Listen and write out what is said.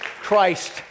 Christ